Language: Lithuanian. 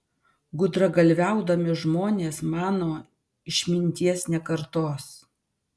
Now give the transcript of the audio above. gudragalviaudami žmonės mano išminties nekartos